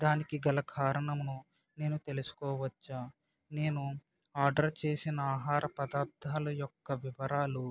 దానికి గల కారణమును నేను తెలుసుకోవచ్చా నేను ఆర్డర్ చేసిన ఆహార పదార్థాల యొక్క వివరాలు